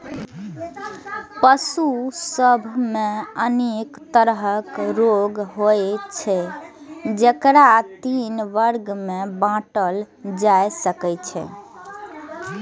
पशु सभ मे अनेक तरहक रोग होइ छै, जेकरा तीन वर्ग मे बांटल जा सकै छै